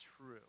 true